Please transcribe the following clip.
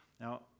Now